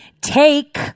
take